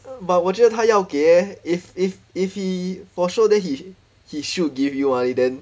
uh but 我觉得他要给 eh if if if he for show then he he should give you money then